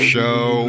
Show